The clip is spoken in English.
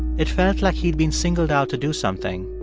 it felt like he'd been singled out to do something,